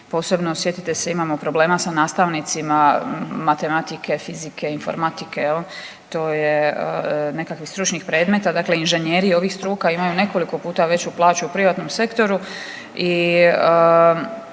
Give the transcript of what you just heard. Posebno sjetite se imamo problema sa nastavnicima matematike, fizike, informatike jel, to je, nekakvih stručnih predmeta, dakle inženjeri ovih struka imaju nekoliko puta veću plaću u privatnom sektoru nego